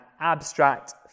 abstract